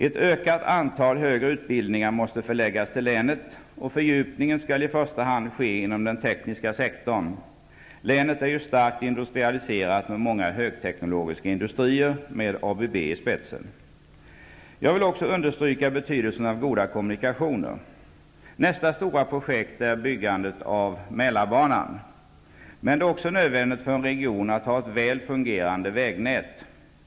Ett ökat antal högre utbildningar måste förläggas till länet, och fördjupningen skall ske i första hand inom den tekniska sektorn. Länet är ju starkt industrialiserat med många högteknologiska industrier med ABB i spetsen. Jag vill också understryka betydelsen av goda kommunikationer. Nästa stora projekt är byggandet av Mälarbanan. Det är också nödvändigt för en region att ha ett väl fungerande vägnät.